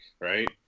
right